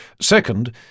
Second